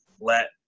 let